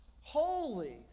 holy